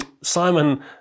Simon